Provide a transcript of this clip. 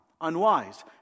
unwise